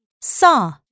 saw